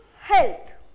health